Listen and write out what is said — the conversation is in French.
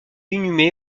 inhumé